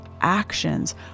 actions